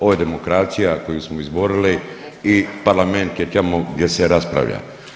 Ovo je demokracija koju smo izborili i parlament je tamo gdje se raspravlja.